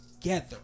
together